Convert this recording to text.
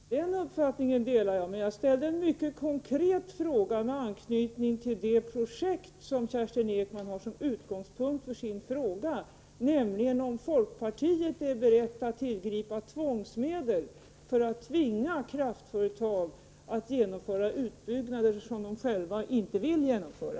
Herr talman! Den uppfattningen delar jag. Men jag ställde en mycket konkret fråga med anknytning till det projekt som Kerstin Ekman har som utgångspunkt för sin fråga, nämligen om folkpartiet är berett att tillgripa tvångsmedel för att tvinga kraftföretag att genomföra utbyggnader som de själva inte vill genomföra.